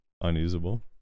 unusable